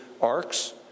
arcs